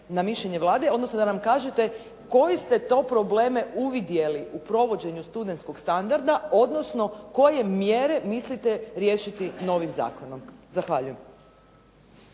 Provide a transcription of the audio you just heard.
na mišljenje Vlade, odnosno da nam kažete koje ste to probleme uvidjeli u provođenju studentskog standarda, odnosno koje mjere mislite riješiti novim zakonom? Zahvaljujem.